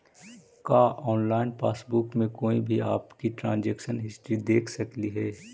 का online passbook में कोई भी आपकी ट्रांजेक्शन हिस्ट्री देख सकली हे